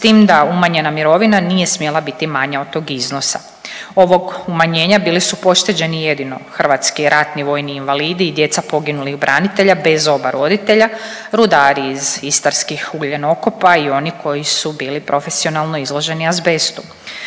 s tim da umanjena mirovina nije smjela biti manja od tog iznosa. Ovog umanjenja bili su pošteđeni jedino hrvatski ratni vojni invalidi i djeca poginulih branitelja bez oba roditelja, rudari iz istarskih ugljenokopa i oni koji su bili profesionalno izloženi azbestu.